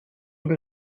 den